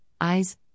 eyes